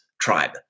tribe